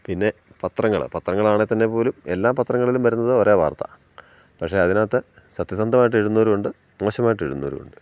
പിന്നെ പത്രങ്ങൾ പത്രങ്ങളാണെങ്കിൽത്തന്നെ പോലും എല്ലാ പത്രങ്ങളിലും വരുന്നത് ഒരേ വാർത്ത പക്ഷെ അതിനകത്ത് സത്യസന്ധമായിട്ട് എഴുതുന്നവരുമുണ്ട് മോശമായിട്ട് എഴുതുന്നവരുമുണ്ട്